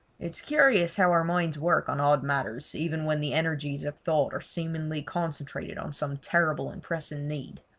it is curious how our minds work on odd matters even when the energies of thought are seemingly concentrated on some terrible and pressing need.